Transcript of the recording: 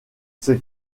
ces